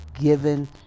given